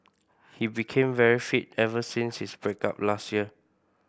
he became very fit ever since his break up last year